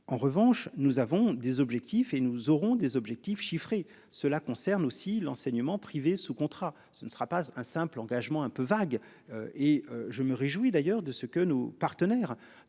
En revanche nous avons des objectifs et nous aurons des objectifs chiffrés. Cela concerne aussi l'enseignement privé sous contrat. Ce ne sera pas un simple engagement un peu vague et je me réjouis d'ailleurs de ce que nos partenaires